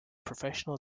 professional